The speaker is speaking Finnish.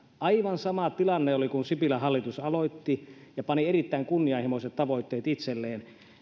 aivan sama tilanne oli kun sipilän hallitus aloitti ja pani erittäin kunnianhimoiset tavoitteet itselleen